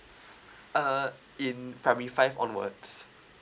uh in primary five onwards